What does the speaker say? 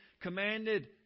commanded